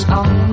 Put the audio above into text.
on